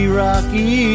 rocky